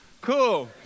Cool